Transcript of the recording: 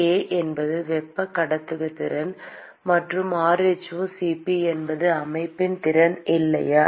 k என்பது வெப்ப கடத்துத்திறன் மற்றும் rhoCp என்பது அமைப்பின் திறன் இல்லையா